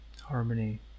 harmony